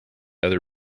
other